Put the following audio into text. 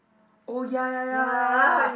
oh ya ya ya ya ya